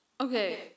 okay